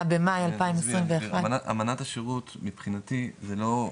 במאי 2021. אמנת השירות מבחינתי זה לא,